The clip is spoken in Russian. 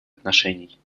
отношений